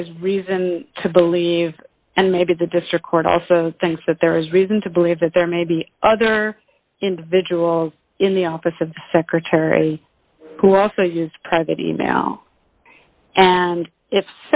there is reason to believe and maybe the district court also thinks that there is reason to believe that there may be other individuals in the office of secretary who also use private e mail and i